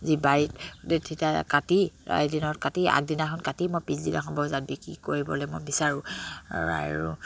যি বাৰীত তেতিয়া কাটি কাটি আগদিনাখন কাটি মই পিছদিনাখন বজাৰত বিক্ৰী কৰিবলে মই বিচাৰোঁ আৰু